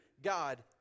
God